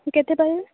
ସିଏ କେତେ ପାଇବେ